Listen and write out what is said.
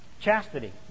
Chastity